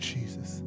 Jesus